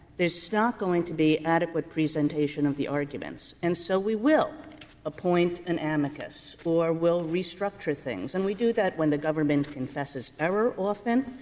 there's not going to be adequate presentation of the arguments, and so we will appoint an amicus or we'll restructure things? and we do that when the government confesses error, often.